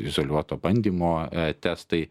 izoliuoto bandymo testai